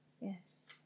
yes